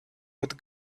with